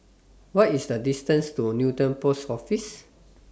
What IS The distance to Newton Post Office